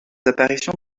apparitions